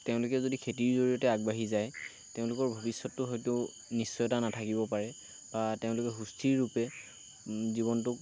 তেওঁলোকে যদি খেতিৰ জৰিয়তে আগবাঢ়ি যায় তেওঁলোকৰ ভৱিষ্যৎতটো হয়তো নিশ্চয়তা নাথাকিব পাৰে বা তেওঁলোকে সুস্থিৰ ৰূপে জীৱনটো